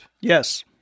Yes